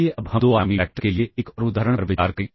आइए अब हम दो आयामी वैक्टर के लिए एक और उदाहरण पर विचार करें